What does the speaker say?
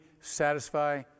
satisfy